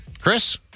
Chris